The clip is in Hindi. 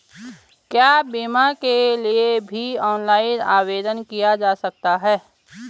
क्या बीमा के लिए भी ऑनलाइन आवेदन किया जा सकता है?